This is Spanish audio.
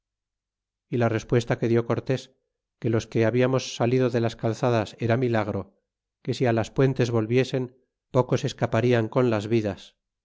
y la respuesta que dió cortés que los que hablamos salido de las calzadas era milagro que si las puentes volviesen pocos escaparian con las vidas